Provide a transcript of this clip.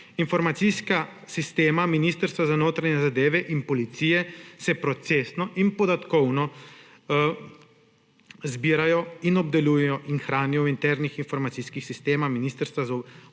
informacijska sistema Ministrstva za notranje zadeve in policije se procesno in podatkovno zbirajo in obdelujejo in hranijo v internih informacijskih sistemih ministrstva z obema